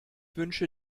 wünsche